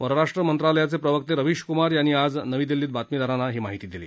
परराष्ट्र मंत्रालयाचे प्रवक्ते रविष कुमार यांनी आज नवी दिल्लीत बातमीदारांना ही माहिती दिली